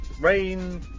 rain